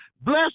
Bless